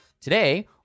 Today